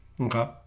Okay